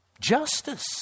justice